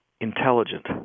intelligent